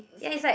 speak